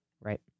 right